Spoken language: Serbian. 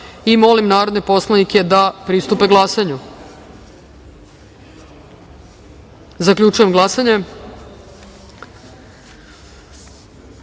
narodne poslanike da pristupe glasanju. Zaključujem glasanje